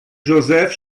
joseph